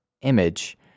image